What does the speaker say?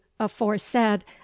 aforesaid